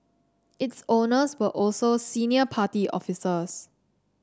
its owners were also senior party officers